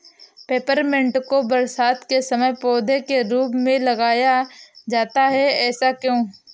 Peppermint को बरसात के समय पौधे के रूप में लगाया जाता है ऐसा क्यो?